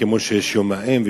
כמו שיש יום האם,